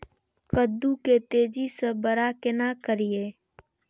कद्दू के तेजी से बड़ा केना करिए?